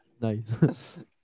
Nice